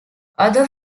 other